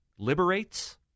liberates